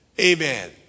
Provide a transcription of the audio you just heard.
Amen